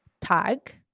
Tag